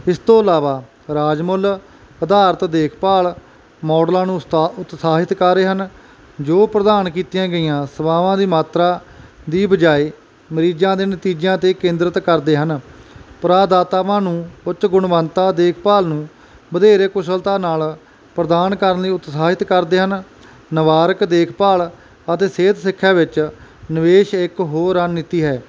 ਇਸ ਤੋਂ ਇਲਾਵਾ ਰਾਜਮੁਲ ਅਧਾਰਤ ਦੇਖਭਾਲ ਮੋਡਲਾਂ ਨੂੰ ਉਸ਼ਤਾ ਉਤਸਾਹਿਤ ਕਰ ਰਹੇ ਹਨ ਜੋ ਪ੍ਰਧਾਨ ਕੀਤੀਆਂ ਗਈਆਂ ਸੇਵਾਵਾਂ ਦੀ ਮਾਤਰਾ ਦੀ ਬਜਾਏ ਮਰੀਜ਼ਾਂ ਦੇ ਨਤੀਜਿਆਂ ਤੇ ਕੇਂਦਰਿਤ ਕਰਦੇ ਹਨ ਪਰਾਦਾਤਾਵਾਂ ਨੂੰ ਉੱਚ ਗੁਣਵੰਤਾ ਦੇਖਭਾਲ ਨੂੰ ਵਧੇਰੇ ਕੁਸ਼ਲਤਾ ਨਾਲ ਪ੍ਰਦਾਨ ਕਰਨ ਲਈ ਉਤਸਾਹਿਤ ਕਰਦੇ ਹਨ ਨਵਾਰਕ ਦੇਖਭਾਲ ਅਤੇ ਸਿਹਤ ਸਿੱਖਿਆ ਵਿੱਚ ਨਿਵੇਸ਼ ਇੱਕ ਹੋਰ ਰਣਨੀਤੀ ਹੈ